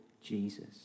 Jesus